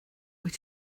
wyt